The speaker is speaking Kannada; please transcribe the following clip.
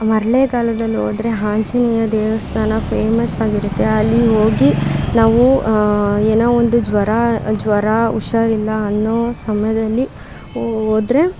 ಮರ್ಲೆಗಾಲದಲ್ಲಿ ಹೋದ್ರೆ ಆಂಜನೇಯ ದೇವಸ್ಥಾನ ಫೇಮಸ್ಸಾಗಿರುತ್ತೆ ಅಲ್ಲಿ ಹೋಗಿ ನಾವು ಏನೋ ಒಂದು ಜ್ವರ ಜ್ವರ ಹುಷಾರಿಲ್ಲ ಅನ್ನೋ ಸಮಯದಲ್ಲಿ ಹೋದ್ರೆ